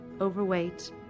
overweight